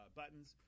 buttons